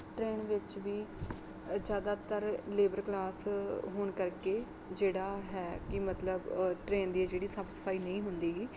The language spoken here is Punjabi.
ਟ੍ਰੇਨ ਵਿੱਚ ਵੀ ਜ਼ਿਆਦਾਤਰ ਲੇਬਰ ਕਲਾਸ ਹੋਣ ਕਰਕੇ ਜਿਹੜਾ ਹੈ ਕਿ ਮਤਲਬ ਟ੍ਰੇਨ ਦੀ ਜਿਹੜੀ ਸਾਫ਼ ਸਫ਼ਾਈ ਨਹੀਂ ਹੁੰਦੀ ਗੀ